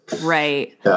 Right